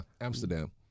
Amsterdam